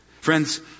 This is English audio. friends